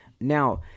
Now